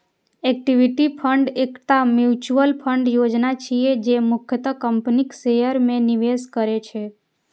equity fund एकटा mutual fund योजना छियै, जे मुख्यतः कंपनीक शेयर मे निवेश करै छै